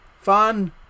Fun